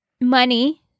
money